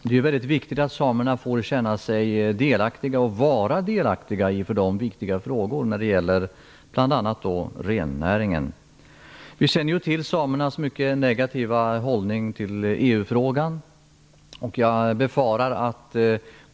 Det är väldigt viktigt att samerna får känna sig - och vara - delaktiga i sådana frågor som rör bl.a. rennäringen. Vi känner ju till samernas mycket negativa hållning till EU.